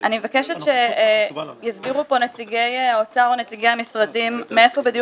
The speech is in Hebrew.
אני מבקשת שיסבירו נציגי משרד האוצר או נציגי המשרדים מאיפה בדיוק